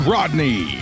Rodney